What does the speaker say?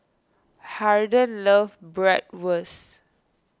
Harden loves Bratwurst